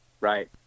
right